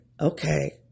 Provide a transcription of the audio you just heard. Okay